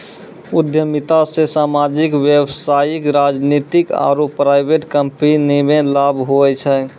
उद्यमिता से सामाजिक व्यवसायिक राजनीतिक आरु प्राइवेट कम्पनीमे लाभ हुवै छै